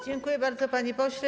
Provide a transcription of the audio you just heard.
Dziękuję bardzo, panie pośle.